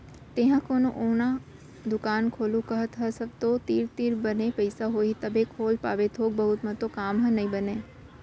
तेंहा कोनो ओन्हा दुकान खोलहूँ कहत हस तव तो तोर तीर बने पइसा होही तभे खोल पाबे थोक बहुत म तो काम ह नइ बनय